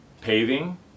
paving